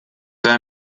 war